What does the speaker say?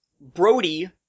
Brody